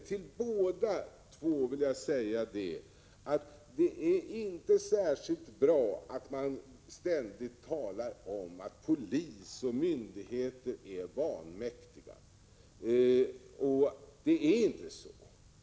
Till båda två vill jag säga att det inte är särskilt bra att ständigt tala om att polis och myndigheter är vanmäktiga. Det är inte så.